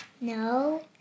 No